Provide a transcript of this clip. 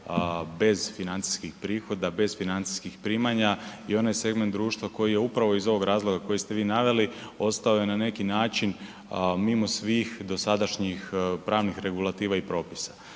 bez financijskih prihoda, bez financijskih primanja i onaj segment društva koji je upravo iz ovog razloga koji ste vi naveli ostao je na neki način mimo svih dosadašnjih pravnih regulativa i propisa.